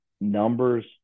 numbers